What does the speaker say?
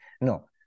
no